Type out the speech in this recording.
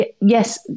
yes